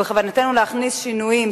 בכוונתנו להכניס שינויים,